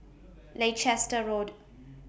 Leicester Road